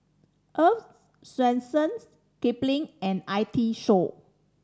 Earl's Swensens Kipling and I T Show